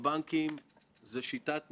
עשו את מה שהם רוצים.